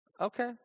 Okay